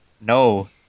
No